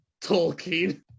Tolkien